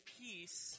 peace